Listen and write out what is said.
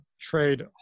trade